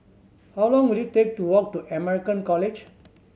how long will it take to walk to American College